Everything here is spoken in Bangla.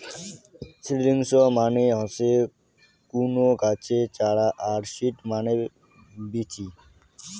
সিডিলিংস মানে হসে কুনো গাছের চারা আর সিড মানে বীচি